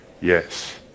Yes